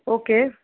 okay